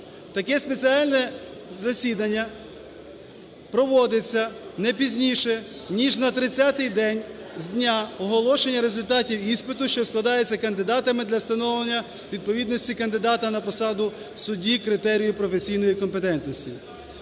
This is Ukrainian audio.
Таке спеціальне засідання проводиться не пізніше ніж на 30-й день з дня оголошення результатів іспиту, що складається кандидатами для встановлення відповідності кандидата на посаду судді критерію професійної компетентності.